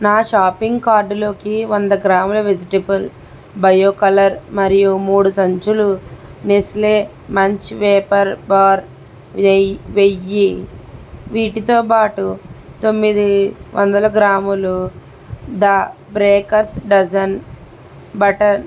నా షాపింగ్ కార్టులోకి వంద గ్రాముల వెజిటల్ బయో కలర్ మరియు మూడు సంచులు నెస్లే మంచ్ వేఫర్ బార్ వెయ్యి వీటితో బాటు తొమ్మిది వందల గ్రాములు ద బేకర్స్ డజన్ బటర్